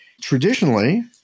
traditionally